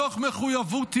מתוך מחויבות יהודית,